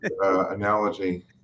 analogy